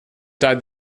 died